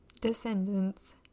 descendants